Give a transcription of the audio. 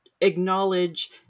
acknowledge